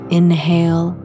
inhale